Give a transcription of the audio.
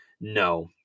no